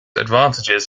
advantages